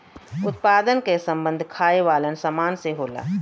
उत्पादन क सम्बन्ध खाये वालन सामान से होला